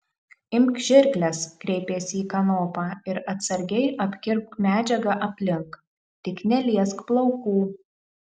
imk žirkles kreipėsi į kanopą ir atsargiai apkirpk medžiagą aplink tik neliesk plaukų